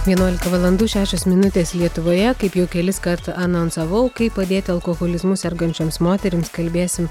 vienuolika valandų šešios minutės lietuvoje kaip jau keliskart anonsavau kaip padėti alkoholizmu sergančioms moterims kalbėsim